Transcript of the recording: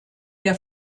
der